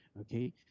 okay